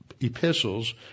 epistles